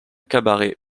cabaret